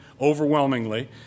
overwhelmingly